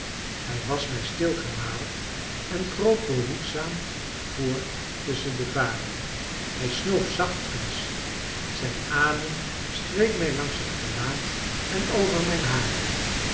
hij was mij stil genaderd en kroop behoedzaam voort tusschen de varen hij snoof zachtkens zijn adem streek mij langs het gelaat en over mijn haren